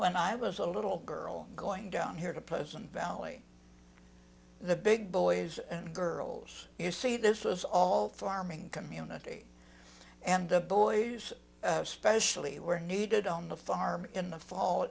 when i was a little girl going down here to pleasant valley the big boys and girls you see this is all farming community and the boys especially were needed on the farm in the fall